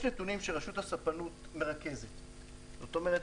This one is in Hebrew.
רשות הספנות מרכזת נתונים.